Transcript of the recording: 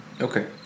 Okay